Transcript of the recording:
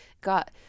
got